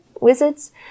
wizards